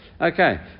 okay